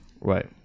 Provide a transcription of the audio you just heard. Right